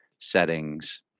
settings